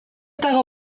dago